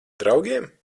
draugiem